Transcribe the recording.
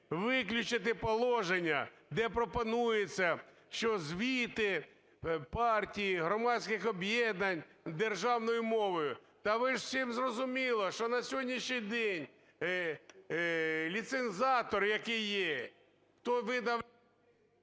виключити положення, де пропонується, що звіти партій, громадських об'єднань державною мовою. Та ж всім зрозуміло, що на сьогоднішній день ліцензіатор, який є, хто видав…